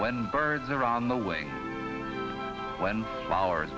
when birds are on the way when our